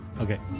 Okay